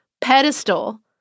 pedestal